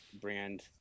brand